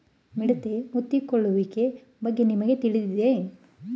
ಮಿಡತೆ ಮುತ್ತಿಕೊಳ್ಳುವಿಕೆಯ ಬಗ್ಗೆ ನಿಮಗೆ ತಿಳಿದಿದೆಯೇ?